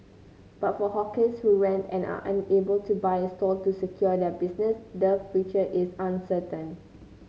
but for hawkers who rent and are unable to buy a stall to secure their business the future is uncertain